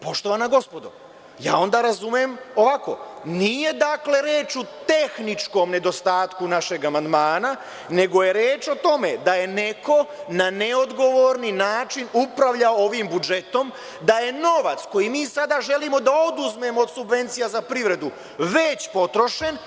Poštovana gospodo, ja onda razumem ovako – nije dakle reč u tehničkom nedostatku našeg amandmana, nego je reč o tome da je neko na neodgovorni način upravljao ovim budžetom, da je novac koji mi sada želimo da oduzmemo od subvencija za privredu već potrošen.